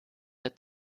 der